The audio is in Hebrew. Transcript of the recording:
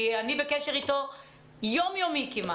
כי אני בקשר כמעט יומיומי איתו.